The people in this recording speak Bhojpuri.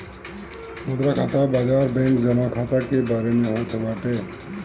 मुद्रा खाता बाजार बैंक जमा खाता के बारे में होत बाटे